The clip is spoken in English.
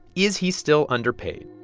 is he still underpaid?